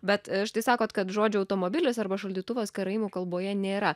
bet štai sakot kad žodžių automobilis arba šaldytuvas karaimų kalboje nėra